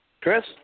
Chris